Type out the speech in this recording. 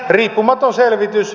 riippumaton selvitys